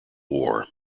war